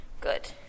Good